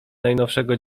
najnowszego